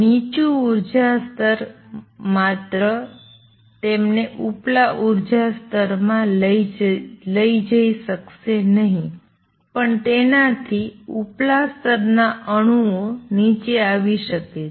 નીચુ ઉર્જા સ્તર માત્ર તેમને ઉપલા સ્તર માં લઈ જઇ શકશે નહીં પણ તેનાથી ઉપલા સ્તરના અણુઓ નીચે આવી શકે છે